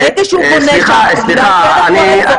ברגע שהוא בונה שם הוא מפר את כל האזור הזה,